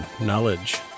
knowledge